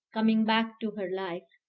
coming back to her life.